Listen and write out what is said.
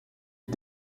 est